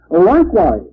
likewise